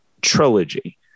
trilogy